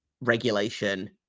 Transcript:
regulation